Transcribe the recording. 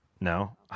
no